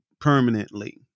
permanently